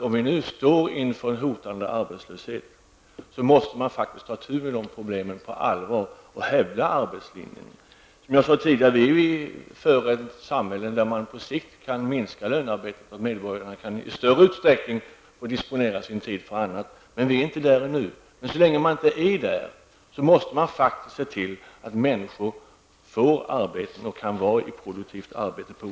Om vi nu står inför en hotande arbetslöshet, måste man faktiskt ta itu med det problemet på allvar och hävda arbetslinjen. Som jag sade tidigare, är vi för ett samhälle där lönearbetet på sikt kan minska och medborgarna i större utsträckning får disponera sin tid för annat, men vi är inte där ännu. Så länge vi inte är där, måste man se till att människor kan vara i produktivt arbete.